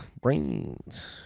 Brains